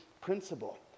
principle